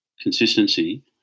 consistency